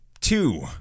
two